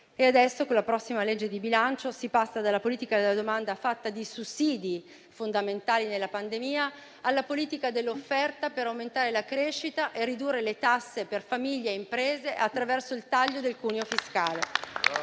adesso, con la prossima legge di bilancio, si passa dalla politica della domanda, fatta di sussidi, fondamentali nella pandemia, alla politica dell'offerta, per aumentare la crescita e ridurre le tasse per famiglie e imprese, attraverso il taglio del cuneo fiscale.